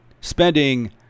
spending